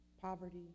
poverty